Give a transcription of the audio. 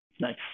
Nice